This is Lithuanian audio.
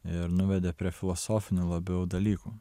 ir nuvedė prie filosofinių labiau dalykų